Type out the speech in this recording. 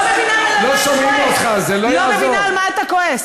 לא מבינה על מה אתה כועס.